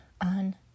on